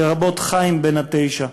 לרבות חיים בן התשע,